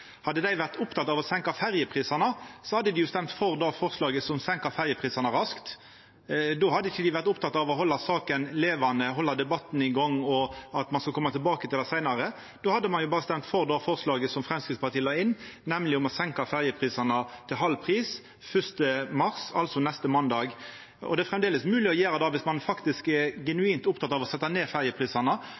Hadde dei vore opptekne av å senka ferjeprisane, hadde dei jo stemt for det forslaget som senka ferjeprisane raskt. Då hadde dei ikkje vore opptekne av å halda saka levande og halda debatten i gang og seia at ein skulle koma tilbake til det seinare. Ein hadde berre stemt for det forslaget Framstegspartiet la inn, nemleg å senka ferjeprisane til halv pris frå 1. mars – altså neste måndag. Det er framleis mogleg å gjera det. Om ein er genuint oppteken av å setja ned ferjeprisane,